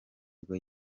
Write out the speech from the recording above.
bwo